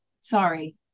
Sorry